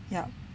ya